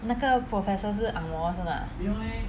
那个 professor 是 ang moh 是吗